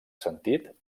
sentit